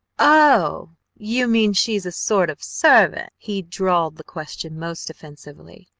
oh you mean she's a sort of sehvant? he drawled the question most offensively,